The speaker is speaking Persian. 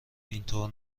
اینطور